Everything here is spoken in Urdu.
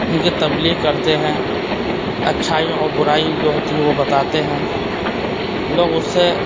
ان کی تبلیغ کرتے ہیں اچھائی اور برائی جو ہوتی ہے وہ بتاتے ہیں لوگ اس سے